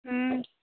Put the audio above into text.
हुँ